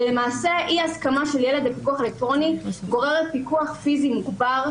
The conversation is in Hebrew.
למעשה אי-הסכמה של ילד לפיקוח אלקטרוני גוררת פיקוח פיזי מוגבר,